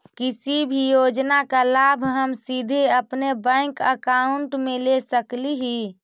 किसी भी योजना का लाभ हम सीधे अपने बैंक अकाउंट में ले सकली ही?